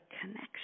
connection